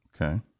Okay